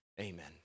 amen